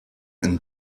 and